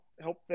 help